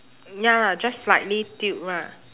ya lah just slightly tilt lah